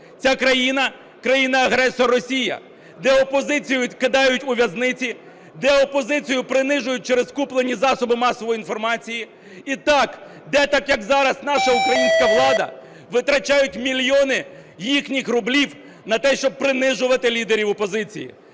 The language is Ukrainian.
Ця країна – країна-агресор Росія, де опозицію кидають у в'язниці, де опозицію принижують через куплені засоби масової інформації і де так, як зараз наша українська влада, витрачають мільйони їхніх рублів на те, щоб принижувати лідерів опозиції.